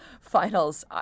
Finals